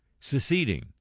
seceding